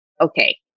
okay